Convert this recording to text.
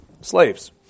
Slaves